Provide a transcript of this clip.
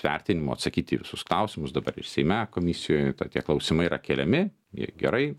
vertinimo atsakyti į visus klausimus dabar ir seime komisijoj tie klausimai yra keliami gerai